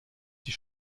die